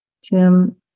Tim